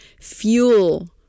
fuel